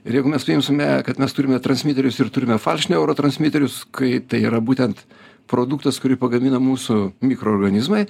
ir jeigu mes priimsime kad mes turime transmiterius ir turime faršneurotransmiterius kai tai yra būtent produktas kurį pagamina mūsų mikroorganizmai